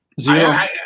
Zero